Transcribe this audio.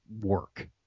work